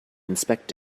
inspect